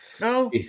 No